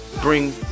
bring